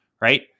right